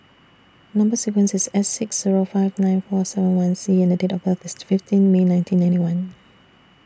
Number sequence IS S six Zero five nine four seven one C and Date of birth IS fifteen May nineteen ninety one